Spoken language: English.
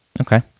Okay